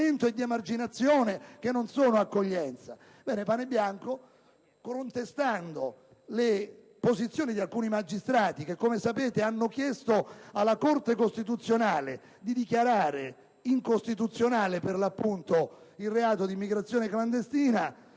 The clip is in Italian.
Ebbene, Panebianco, contestando le posizioni di alcuni magistrati che, come sapete, hanno chiesto alla Corte costituzionale di dichiarare incostituzionale il reato di immigrazione clandestina,